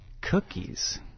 Cookies